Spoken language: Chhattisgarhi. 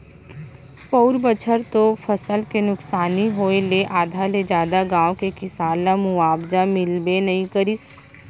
पउर बछर तो फसल के नुकसानी होय ले आधा ले जादा गाँव के किसान ल मुवावजा मिलबे नइ करिस